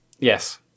Yes